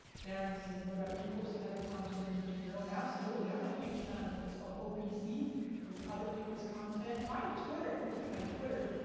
darren's saying, what about re-posting other content in-between your own? absolutely, i'm a huge fan of what's called opc, is other people's content. my twitter, if you look at my twitter,